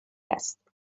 است